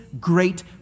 great